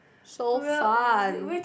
so fun